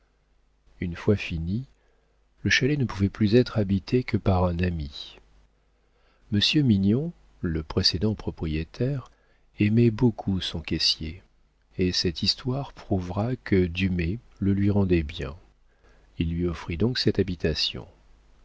une fois fini le chalet ne pouvait plus être habité que par un ami monsieur mignon le précédent propriétaire aimait beaucoup son caissier et cette histoire prouvera que dumay le lui rendait bien il lui offrit donc cette habitation